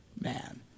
man